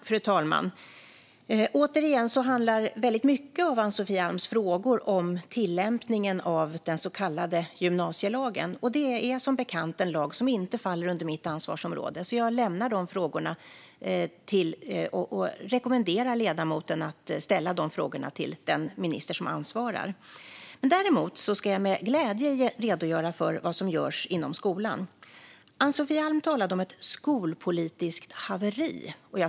Fru talman! Återigen handlar Ann-Sofie Alms frågor mycket om tillämpningen av den så kallade gymnasielagen. Det är som bekant en lag som inte faller inom mitt ansvarsområde. Jag rekommenderar därför ledamoten att ställa dessa frågor till den minister som är ansvarig. Däremot ska jag med glädje redogöra för vad som görs inom skolan. Ann-Sofie Alm talade om ett "skolpolitiskt haveri".